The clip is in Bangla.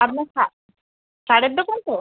আপনার সা সারের দোকান তো